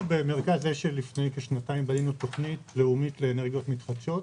אנחנו במרכז השל לפני כשנתיים בנינו תוכנית לאומית לאנרגיות מתחדשות.